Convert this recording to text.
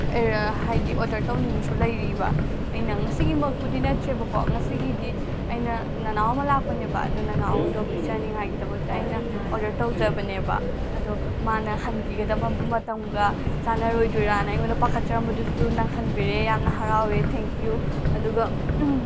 ꯍꯥꯏꯗꯤ ꯑꯣꯔꯗꯔ ꯇꯧꯅꯤꯡꯕꯁꯨ ꯂꯩꯔꯤꯑꯕ ꯑꯩꯅ ꯉꯁꯤꯒꯤꯃꯛꯄꯨꯗꯤ ꯅꯠꯇ꯭ꯔꯦꯕꯀꯣ ꯉꯁꯤꯒꯤꯗꯤ ꯑꯩꯅ ꯅꯅꯥꯎ ꯑꯃ ꯂꯥꯛꯄꯅꯦꯕ ꯑꯗꯨ ꯅꯅꯥꯎꯗꯣ ꯄꯤꯖꯅꯤꯡꯉꯥꯏꯒꯤꯗꯃꯛꯇ ꯑꯩꯅ ꯑꯣꯔꯗꯔ ꯇꯧꯖꯕꯅꯦꯕ ꯑꯗꯣ ꯃꯥꯅ ꯍꯟꯈꯤꯒꯗꯕ ꯃꯇꯝꯒ ꯆꯥꯅꯔꯣꯏꯗꯣꯏꯔꯅ ꯑꯩꯉꯣꯟꯗ ꯄꯥꯈꯠꯆꯔꯝꯕꯗꯨꯁꯨ ꯅꯪꯍꯟꯕꯤꯔꯦ ꯌꯥꯝꯅ ꯍꯔꯥꯎꯑꯦ ꯊꯦꯡꯌꯨ ꯑꯗꯨ